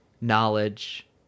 knowledge